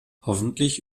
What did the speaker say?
hoffentlich